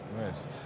nice